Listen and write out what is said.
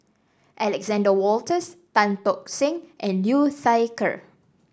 Alexander Wolters Tan Tock Seng and Liu Thai Ker